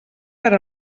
per